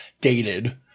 Dated